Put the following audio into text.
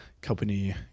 company